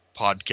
podcast